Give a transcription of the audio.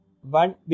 one